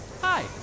Hi